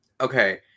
Okay